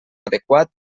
adequat